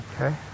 Okay